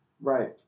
Right